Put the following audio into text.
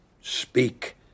Speak